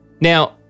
Now